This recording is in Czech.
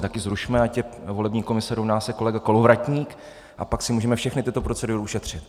Tak ji zrušme, ať volební komise rovná se kolega Kolovratník, a pak si můžeme všechny tyto procedury ušetřit.